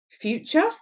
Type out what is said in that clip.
future